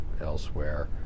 elsewhere